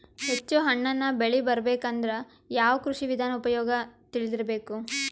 ಹೆಚ್ಚು ಹಣ್ಣನ್ನ ಬೆಳಿ ಬರಬೇಕು ಅಂದ್ರ ಯಾವ ಕೃಷಿ ವಿಧಾನ ಉಪಯೋಗ ತಿಳಿದಿರಬೇಕು?